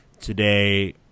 today